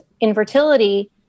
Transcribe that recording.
infertility